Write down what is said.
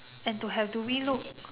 and to have to relook